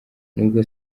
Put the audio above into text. nubwo